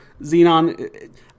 Xenon